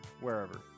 wherever